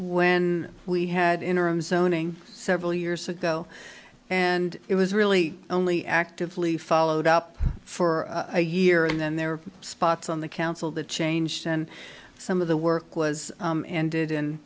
when we had interim zoning several years ago and it was really only actively followed up for a year and then there are spots on the council that changed and some of the work was ended